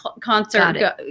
concert